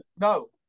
no